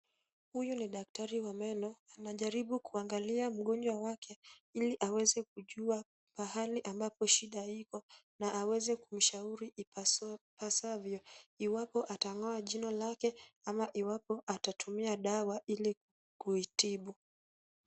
Huyu ni daktari wa meno. Anajaribu kuangalia mgonjwa wake ili aweze kujua pahali ambapo shida iko na aweze kumshauri ipasavyo. Iwapo atang'oa jina lake ama iwapo atatumia dawa ili kuitibu.